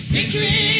Victory